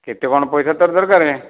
କେତେ କ'ଣ ପଇସା ତୋର ଦରକାରେ